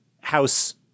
house